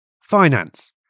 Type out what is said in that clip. Finance